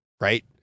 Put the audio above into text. right